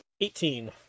Eighteen